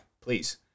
please